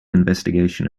investigation